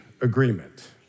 agreement